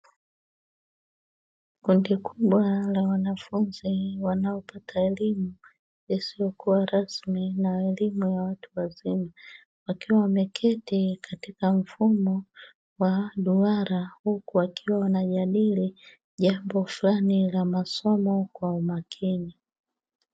Kundi kubwa la wanafunzi wanao pata elimu isiyo kuwa rasmi na elimu ya watu wazima, wakiwa wameketi katika mfumo wa duara huku wakiwa wanajadili jambo fulani la masomo kwa umakini.